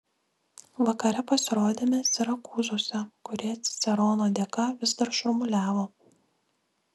vakare pasirodėme sirakūzuose kurie cicerono dėka vis dar šurmuliavo